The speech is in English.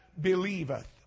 believeth